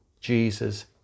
Jesus